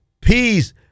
peace